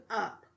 up